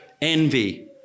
Envy